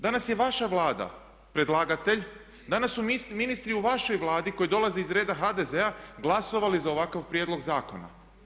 Danas je vaša Vlada predlagatelj, danas su ministri u vašoj Vladi koji dolaze iz reda HDZ-a glasovali za ovakav prijedlog zakona.